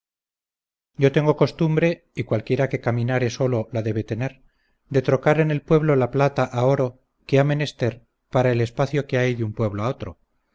yo tengo costumbre y cualquiera que caminare solo la debe tener de trocar en el pueblo la plata á oro que ha menester para el espacio que hay de un pueblo a otro